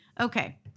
Okay